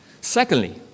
Secondly